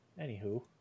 Anywho